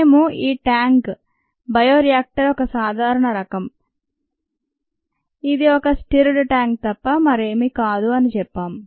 మేము ఈ tank bioreactor ఒక సాధారణ రకం ఇది ఒక స్టిర్రెడ్ ట్యాంక్ తప్ప మరేమీ కాదు అని చెప్పాం